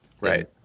Right